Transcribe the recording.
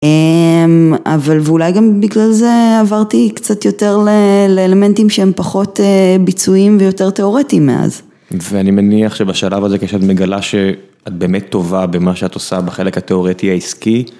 אבל, ואולי גם בגלל זה עברתי קצת יותר לאלמנטים שהם פחות ביצועיים ויותר תיאורטיים מאז. ואני מניח שבשלב הזה כשאת מגלה שאת באמת טובה במה שאת עושה בחלק התיאורטי העסקי.